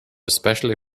especially